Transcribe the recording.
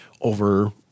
over